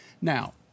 Now